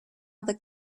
other